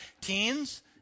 teens